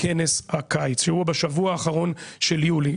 כנס הקיץ שהוא בשבוע האחרון של יולי,